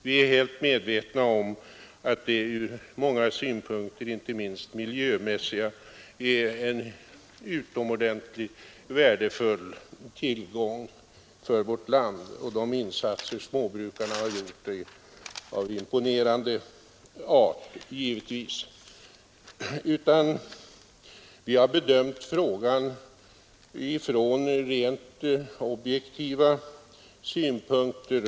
Vi är helt medvetna om att det från många synpunkter, inte minst miljömässiga, är en utomordentligt värdefull tillgång för vårt land, och de insatser som småbrukarna gjort och gör är givetvis av imponerande art. Vi har bedömt den här frågan från rent objektiva synpunkter.